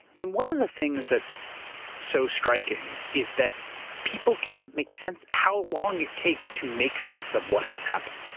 and one of the things that's so striking is that people can't make sense how long it takes to make sense of what has happened.